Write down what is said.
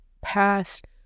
past